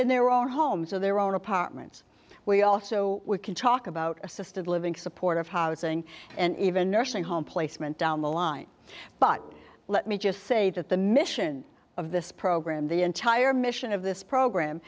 in their own homes or their own apartments we also we can talk about assisted living supportive housing and even nursing home placement down the line but let me just say that the mission of this program the entire mission of this program